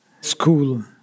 school